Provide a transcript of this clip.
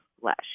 flesh